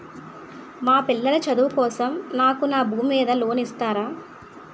మా పిల్లల చదువు కోసం నాకు నా భూమి మీద లోన్ ఇస్తారా?